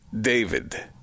David